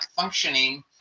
functioning